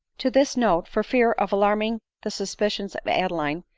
to this note, for fear of alarming the suspicions of ad eline,